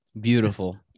beautiful